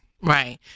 Right